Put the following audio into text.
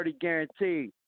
guaranteed